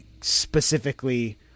specifically